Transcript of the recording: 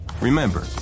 Remember